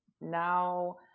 now